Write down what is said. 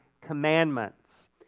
commandments